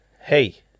Hey